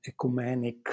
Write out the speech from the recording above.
ecumenic